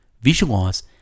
Visualize